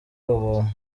ubuntu